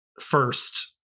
first